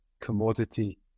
commodity